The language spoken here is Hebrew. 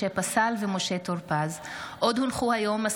משה פסל ומשה טור פז בנושא: סגירת אתר המורשת